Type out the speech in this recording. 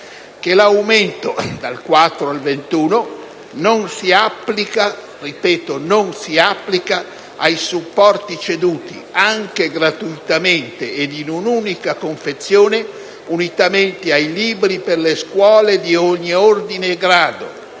che l'aumento anzidetto dal 4 al 21 per cento non si applica ai supporti ceduti, anche gratuitamente ed in un'unica confezione, unitamente ai libri per le scuole di ogni ordine e grado,